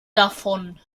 davon